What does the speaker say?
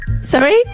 Sorry